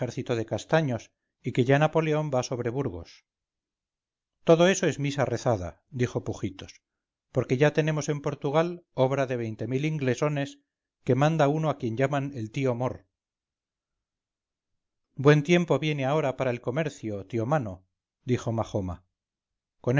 que ya napoleón va sobre burgos todo eso es misa rezada dijo pujitos porque ya tenemos en portugal obra de veinte mil inglesones que manda uno a quien llaman el tío mor buen tiempo viene ahora para el comercio tío mano dijo majoma